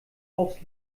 aufs